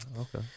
okay